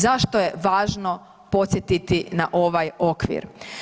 Zašto je važno podsjetiti na ovaj okvir?